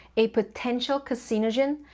a potential carcinogen,